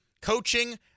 Coaching